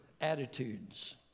attitudes